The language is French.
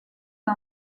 n’a